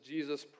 Jesus